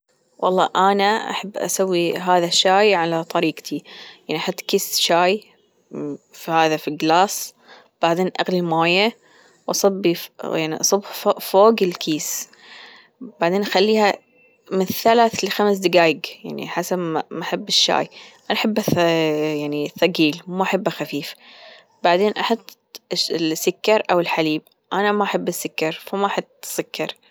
والله أنا أحب أسوي هذا الشاي على طريقتي يعني أحط كيسة شاي هذا في جلاس بعدين أغلي الموية، وأصب يعني أصب فوق فوق الكيس، بعدين أخليها من ثلث لخمس دجايج يعني حسب ما أحب الشاي.أنا أحب ثقيل ما أحبه خفيف بعدين أحط السكر أو الحليب، أنا ما أحب السكر وما أحط السكر.